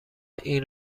این